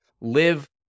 live